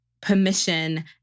permission